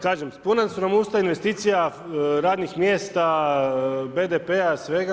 Kažem, puna su nam usta investicija, radnih mjesta, BDP-a, svega.